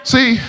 See